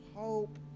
hope